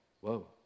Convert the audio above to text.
whoa